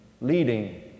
leading